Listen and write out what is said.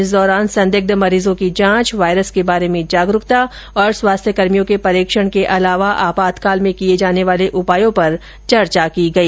इस दौरान संदिग्ध मरीजों की जांच वायरस के बारे में जागरुकता और स्वास्थ्यकर्मियों के परीक्षण के अलावा आपातकाल में किए जाने वाले उपायों पर चर्चा की गई